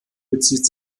bezieht